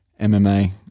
MMA